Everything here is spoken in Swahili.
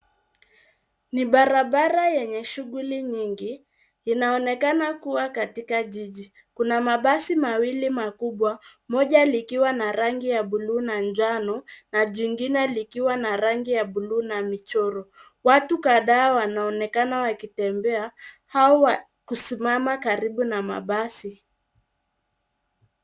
Ni barabara yenye shughuli nyingi, inaonekana kuwa katika jiji. Kuna mabasi mawili makubwa, moja likiwa na rangi ya bluu na jano, na jingine likiwa na rangi ya bluu na michoro. Watu kadhaa wanaonekana wakitembea au kusimama karibu na mabasi.